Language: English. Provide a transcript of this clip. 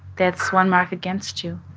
that's one mark against you